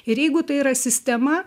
ir jeigu tai yra sistema